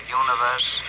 universe